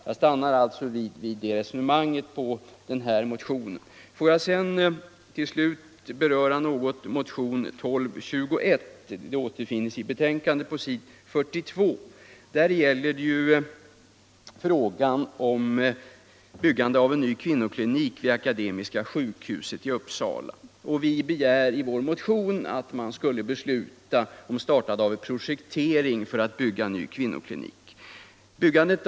Jag stannar alltså vid det resonemanget när det gäller motionen 1220. Byggandet av kliniken har uppskjutits under många år och skapat helt ohållbara förhållanden.